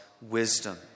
wisdom